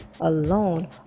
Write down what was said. alone